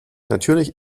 natürlich